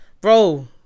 bro